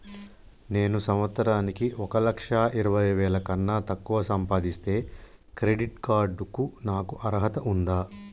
నేను సంవత్సరానికి ఒక లక్ష ఇరవై వేల కన్నా తక్కువ సంపాదిస్తే క్రెడిట్ కార్డ్ కు నాకు అర్హత ఉందా?